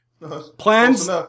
plans